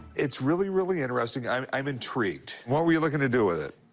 it's really, really interesting. i'm i'm intrigued. what were you looking to do with it?